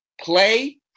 play